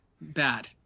Bad